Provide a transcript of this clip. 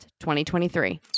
2023